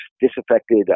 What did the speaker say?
disaffected